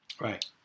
Right